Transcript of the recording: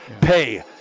pay